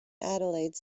adelaide